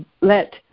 let